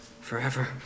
forever